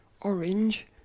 orange